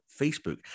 Facebook